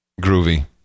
Groovy